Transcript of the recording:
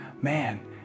Man